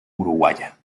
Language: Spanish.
uruguaya